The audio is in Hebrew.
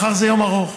מחר זה יום ארוך.